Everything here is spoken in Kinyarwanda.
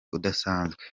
udasanzwe